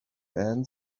end